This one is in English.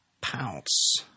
pounce